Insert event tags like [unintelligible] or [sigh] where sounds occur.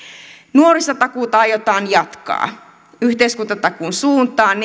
nuorisotakuuta aiotaan jatkaa yhteiskuntatakuun suuntaan [unintelligible]